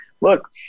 look